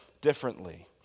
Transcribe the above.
differently